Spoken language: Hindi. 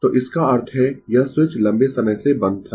तो इसका अर्थ है यह स्विच लंबे समय से बंद था